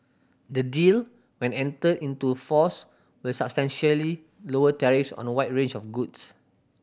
the deal when entered into force will substantially lower tariffs on a wide range of goods